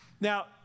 Now